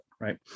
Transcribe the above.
right